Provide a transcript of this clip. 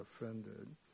offended